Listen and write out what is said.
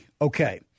okay